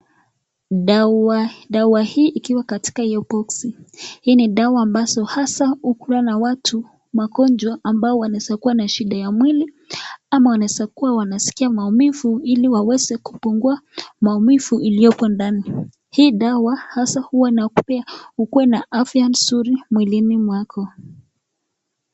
Dawa hii ikiwa katika hio boksi . Hii ni dawa ambazo hasa ukulwa na watu magonjwa ambao wanaeza kuwa na shida ya mwili ama wanaeza kuwa wanasikia maumivu ili waweze kupungua maumivu ilioko ndani. Hii dawa hasa huwa inakupea ukue na afya mzuri mwilini mwako.